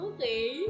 Okay